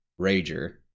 Rager